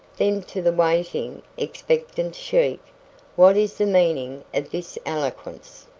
then to the waiting, expectant sheik what is the meaning of this eloquence?